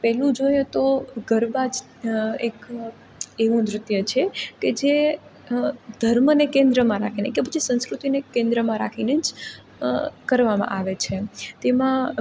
પહેલું જોઈએ તો ગરબા જ એક એવું નૃત્ય છે કે જે ધર્મને કેન્દ્રમાં રાખીને જ કે જે સંસ્કૃતિને કેન્દ્રમાં રાખીને કરવામાં આવે છે તેમાં